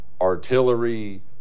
artillery